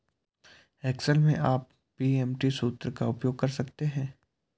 Excel में आप PMT सूत्र का उपयोग कर सकते हैं